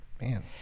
man